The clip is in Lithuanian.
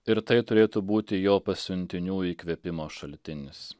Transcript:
ir tai turėtų būti jo pasiuntinių įkvėpimo šaltinis